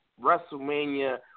WrestleMania